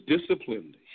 disciplined